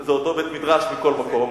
זה אותו בית-מדרש, מכל מקום.